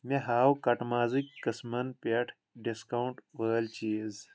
مےٚ ہاو کٹہٕ مازٕکۍ قٕسٕمن پٮ۪ٹھ ڈسکاونٛٹ وٲلۍ چیٖز